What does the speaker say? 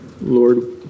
Lord